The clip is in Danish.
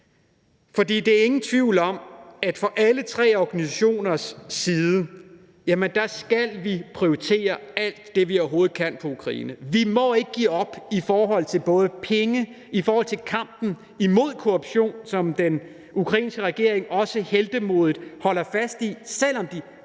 for der er ingen tvivl om, at fra alle tre organisationers side skal vi prioritere alt det, vi overhovedet kan, i forhold til Ukraine. Vi må ikke give op i forhold til penge, i forhold til kampen imod korruption, som den ukrainske regering også heltemodigt holder fast i, selv om de